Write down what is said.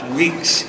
weeks